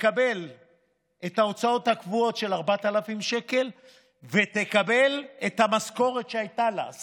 תקבל את ההוצאות הקבועות של 4,000 שקלים ותקבל את המשכורת שהייתה לה,